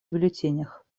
бюллетенях